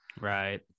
Right